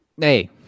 hey